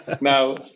now